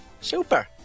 Super